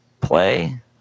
play